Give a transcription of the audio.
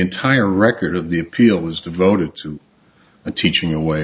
entire record of the appeal was devoted to teaching away